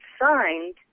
signed